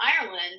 Ireland